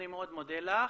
אני מאוד מודה לך.